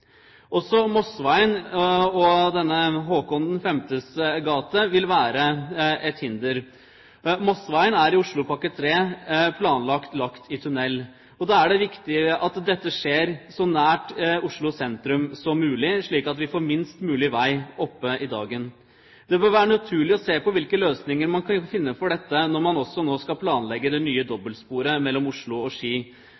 Også Mosseveien og Kong Håkon 5.s gate vil være et hinder. Mosseveien er i Oslopakke 3 planlagt lagt i tunnel. Da er det viktig at dette skjer så nær Oslo sentrum som mulig, slik at vi får minst mulig vei oppe i dagen. Det bør være naturlig å se på hvilke løsninger man kan finne for dette når man også nå skal planlegge det nye